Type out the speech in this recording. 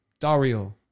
Dario